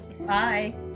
Bye